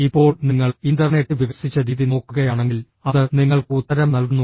ഇപ്പോൾ നിങ്ങൾ ഇന്റർനെറ്റ് വികസിച്ച രീതി നോക്കുകയാണെങ്കിൽ അത് നിങ്ങൾക്ക് ഉത്തരം നൽകുന്നു